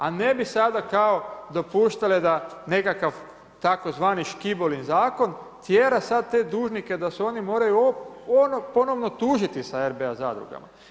A ne bi sada kao dopuštale da nekakav tzv. Škibolin zakon tjera sad te dužnike da se oni moraju ponovno tužiti sa RBA zadrugama.